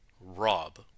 rob